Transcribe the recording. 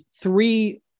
three